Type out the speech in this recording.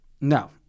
No